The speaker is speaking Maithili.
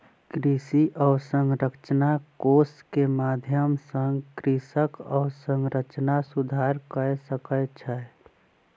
कृषि अवसंरचना कोष के माध्यम सॅ कृषक अवसंरचना सुधार कय सकै छै